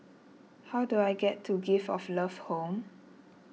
how do I get to Gift of Love Home